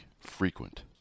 frequent